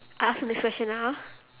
I ask the next question lah ah